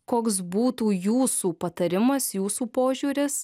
koks būtų jūsų patarimas jūsų požiūris